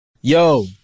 Yo